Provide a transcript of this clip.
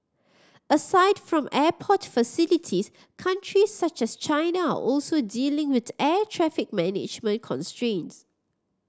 aside from airport facilities countries such as China are also dealing with air traffic management constraints